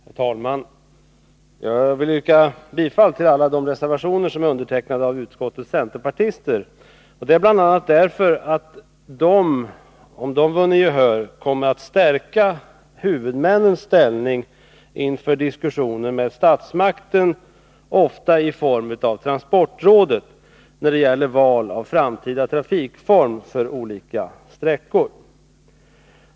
Herr talman! Jag vill yrka bifall till alla de reservationer som är undertecknade av utskottets centerpartister, bl.a. därför att de — om de vinner gehör — kommer att stärka huvudmännens ställning inför diskussioner med statsmakten, ofta i form av transportrådet, beträffande val av framtida trafikform för olika sträckor.